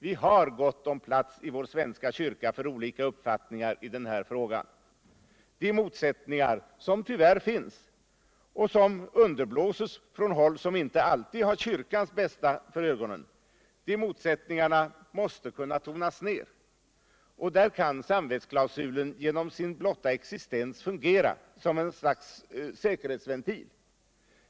Vi har gott om plats i vår svenska kyrka för olika uppfattningar i den här frågan. De motsättningar som tyvärr finns och som underblåses från håll som inte alltid har kyrkans bästa för ögonen, måste kunna tonas ner. Där kan samvetsklausulen genom sin blotta existens fungera som en sorts säkerhetsventil.